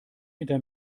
hinter